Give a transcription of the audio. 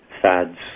fads